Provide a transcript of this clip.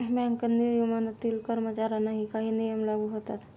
bank नियमनातील कर्मचाऱ्यांनाही काही नियम लागू होतात